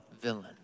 villain